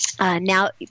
Now